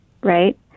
right